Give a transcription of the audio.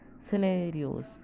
scenarios